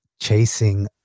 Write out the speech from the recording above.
chasing